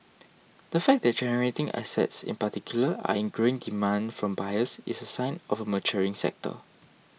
the fact that generating assets in particular are in growing demand from buyers is a sign of a maturing sector